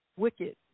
Wicked